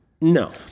No